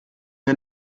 wir